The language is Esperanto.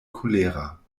kolera